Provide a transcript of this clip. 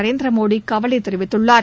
நரேந்திரமோடிகவலைதெரிவித்துள்ளார்